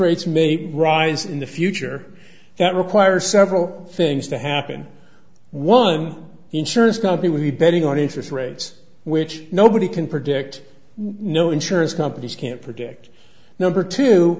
rates may rise in the future that require several things to happen one insurance company would be betting on interest rates which nobody can predict no insurance companies can't predict number t